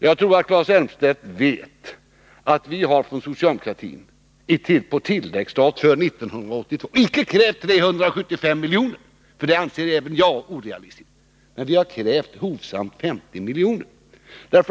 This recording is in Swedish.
Jag tror att Claes Elmstedt vet att vi från socialdemokratin på tilläggsstat för 1982 icke har krävt 375 milj.kr. — det anser även jag orealistiskt. Men vi har hovsamt krävt 50 milj.kr.